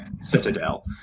Citadel